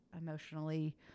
emotionally